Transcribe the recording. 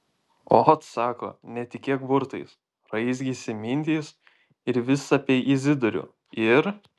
ot sako netikėk burtais raizgėsi mintys ir vis apie izidorių ir